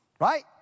right